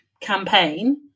campaign